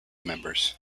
members